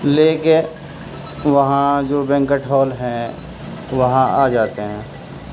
لے کے وہاں جو بینکٹ ہال ہیں وہاں آ جاتے ہیں